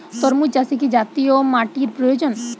তরমুজ চাষে কি জাতীয় মাটির প্রয়োজন?